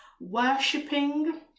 worshipping